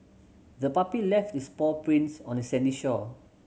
the puppy left its paw prints on the sandy shore